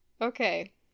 Okay